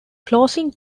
closing